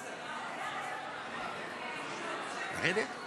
לרדת?